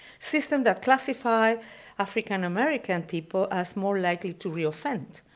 systems that classify african-american people as more likely to reoffend,